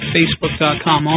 Facebook.com